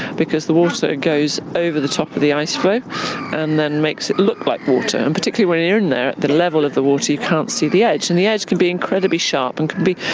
because the water goes over the top of the ice flow and then makes it look like water. particularly when you're in there at the level of the water, you can't see the edge and the edge can be incredibly sharp and can, be,